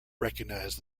recognized